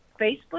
Facebook